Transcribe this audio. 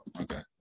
okay